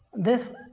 this